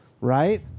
right